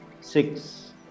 Six